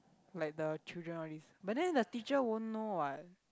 like the children all this but then the teacher won't know what